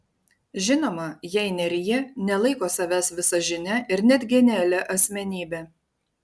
žinoma jei nerija nelaiko savęs visažine ir net genialia asmenybe